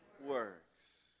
works